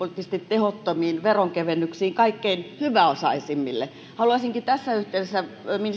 tehottomiin veronkevennyksiin kaikkein hyväosaisimmille haluaisinkin tässä yhteydessä ministeri orpo